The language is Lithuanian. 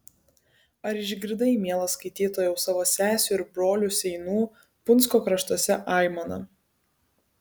ar išgirdai mielas skaitytojau savo sesių ir brolių seinų punsko kraštuose aimaną